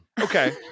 Okay